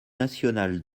nationale